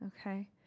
okay